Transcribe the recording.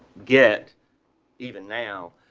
get even now.